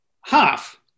half